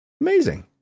Amazing